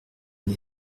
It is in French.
une